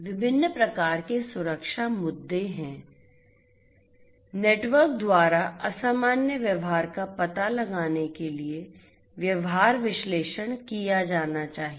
विभिन्न प्रकार के सुरक्षा मुद्दे हैं नेटवर्क द्वारा असामान्य व्यवहार का पता लगाने के लिए व्यवहार विश्लेषण किया जाना चाहिए